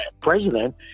president